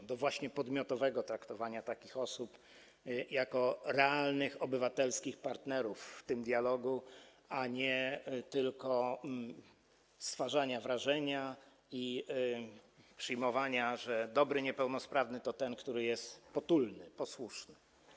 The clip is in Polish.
Chodzi właśnie o podmiotowe traktowanie takich osób jako realnych obywatelskich partnerów w tym dialogu, a nie tylko stwarzanie wrażenia i przyjmowanie, że dobry niepełnosprawny to ten, który jest potulny, posłuszny.